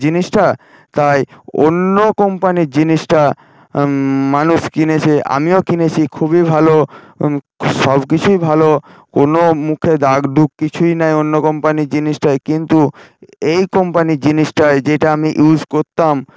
জিনিসটা তাই অন্য কোম্পানির জিনিসটা মানুষ কিনেছে আমিও কিনেছি খুবই ভালো সব কিছুই ভালো কোনো মুখে দাগদুগ কিছুই নেই অন্য কোম্পানির জিনিসটাই কিন্তু এই কোম্পানির জিনিসটায় যেটা আমি ইউজ করতাম